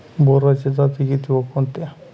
बोराच्या जाती किती व कोणत्या?